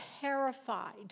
terrified